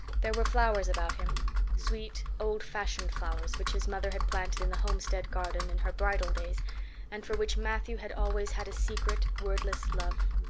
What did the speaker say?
there were flowers about him sweet old-fashioned flowers which his mother had planted in the homestead garden in her bridal days and for which matthew had always had a secret, wordless love.